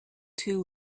too